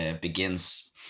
begins